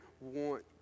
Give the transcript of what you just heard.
want